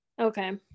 Okay